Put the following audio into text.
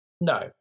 No